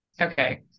Okay